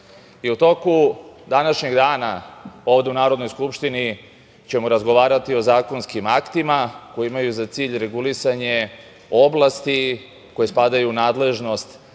u toku današnjeg dana ovde u Narodnoj skupštini ćemo razgovarati o zakonskim aktima koji imaju za cilj regulisanje oblasti koje spadaju u nadležnost